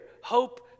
hope